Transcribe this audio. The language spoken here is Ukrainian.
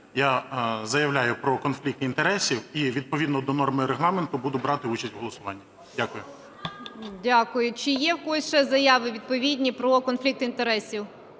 Я заявляю про конфлікт інтересів і відповідно до норми Регламенту буду брати участь у голосуванні. Дякую. ГОЛОВУЮЧА. Дякую. Чи є в когось ще заяви відповідні про конфлікт інтересів?